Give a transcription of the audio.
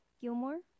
Gilmore